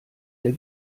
der